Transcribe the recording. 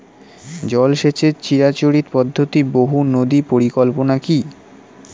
জল সেচের চিরাচরিত পদ্ধতি বহু নদী পরিকল্পনা কি?